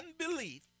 unbelief